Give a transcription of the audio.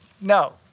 No